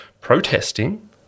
protesting